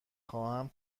خواهم